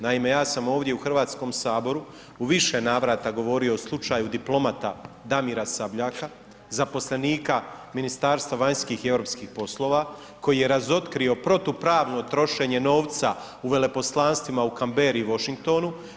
Naime, ja sam ovdje u HS-u u više navrata govorio o slučaju diplomata Damira Sabljaka, zaposlenika Ministarstva vanjskih i europskih poslova, koji je razotkrio protupravno trošenje novca u Veleposlanstvima u Canberri i Washingtonu.